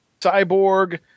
cyborg